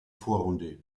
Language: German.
vorrunde